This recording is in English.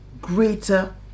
greater